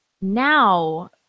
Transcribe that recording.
now